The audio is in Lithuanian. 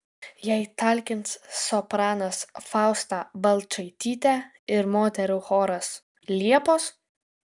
jai talkins sopranas fausta balčaitytė ir moterų choras liepos